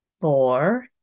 four